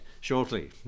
shortly